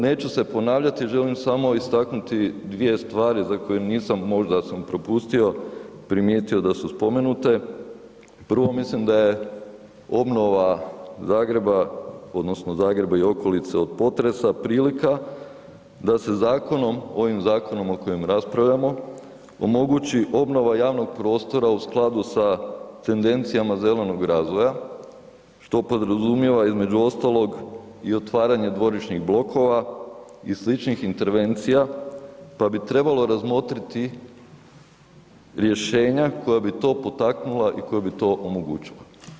Neću se ponavljati, želim samo istaknuti dvije stvari za koje nisam, možda sam propustio, primijetio da su spomenute, prvo, mislim da je obnova Zagreba odnosno Zagreba i okolice od potresa prilika da se zakonom, ovim zakonom o kojem raspravljamo, omogući obnova javnog prostora u skladu sa tendencijama zelenog razvoja, što podrazumijeva između ostalog i otvaranje dvorišnih blokova i sličnih intervencija, pa bi trebalo razmotriti rješenja koja bi to potaknula i koja bi to omogućila.